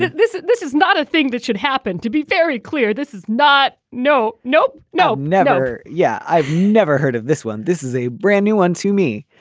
this is this is not a thing that should happen to be very clear this is not. no no no never. yeah. i've never heard of this one. this is a brand new one to me.